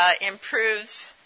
improves